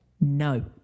No